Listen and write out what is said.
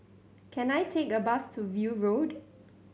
can I take a bus to View Road